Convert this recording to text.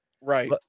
Right